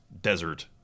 desert